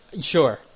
Sure